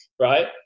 right